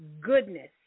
goodness